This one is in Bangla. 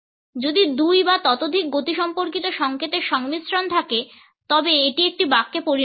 যদি দুই বা ততোধিক গতিসম্পর্কিত সংকেতের সংমিশ্রণ থাকে তবে এটি একটি বাক্যে পরিণত হয়